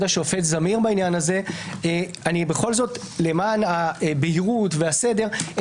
השופט זמיר בעניין הזה בכל זאת למען הבהירות והסדר אני